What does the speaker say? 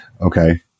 Okay